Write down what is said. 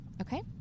Okay